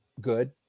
good